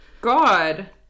God